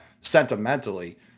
sentimentally